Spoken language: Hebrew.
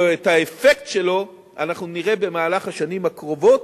ואת האפקט שלו אנחנו נראה במהלך השנים הקרובות.